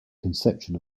conception